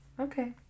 Okay